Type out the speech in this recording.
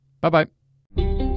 Bye-bye